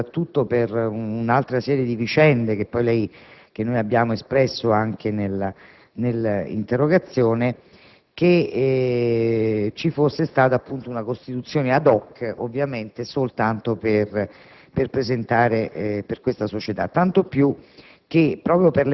soprattutto per un'altra serie di vicende che abbiamo riportato anche nell'interrogazione, che ci fosse stata una costituzione *ad hoc* soltanto per presentare la società.